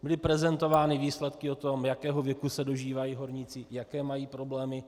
Byly prezentovány výsledky o tom, jakého věku se dožívají horníci, jaké mají problémy.